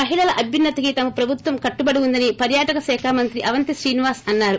మహిళల అభ్యున్స తికి తమ ప్రభుత్వం కట్టుబడి ఉందని పర్యాటక శాఖ మంత్రి అవంతి శ్రీనివాస్ అన్నారు